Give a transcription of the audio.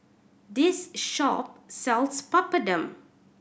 this shop sells Papadum